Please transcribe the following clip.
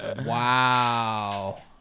Wow